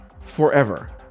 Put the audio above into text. forever